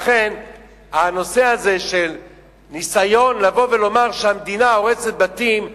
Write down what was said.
לכן הניסיון הזה לומר שהמדינה הורסת בתים,